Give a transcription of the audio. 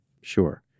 Sure